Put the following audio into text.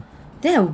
then I